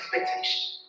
expectation